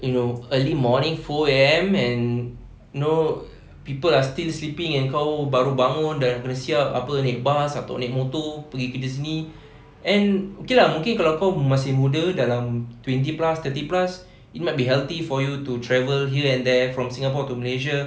you know early morning four A_M and know people are still sleeping and kau baru bangun dah kena siap apa naik bus atau naik motor pergi kerja sini and okay lah mungkin kalau kau masih muda dalam twenty plus thirty plus it might be healthy for you to travel here and there from singapore to malaysia